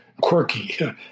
quirky